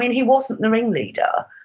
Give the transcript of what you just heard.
and he wasn't the ringleader.